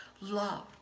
love